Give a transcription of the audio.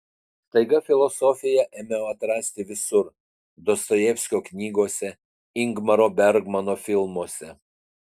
staiga filosofiją ėmiau atrasti visur dostojevskio knygose ingmaro bergmano filmuose